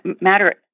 matter